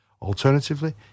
Alternatively